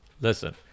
listen